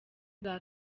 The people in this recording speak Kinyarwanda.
bwa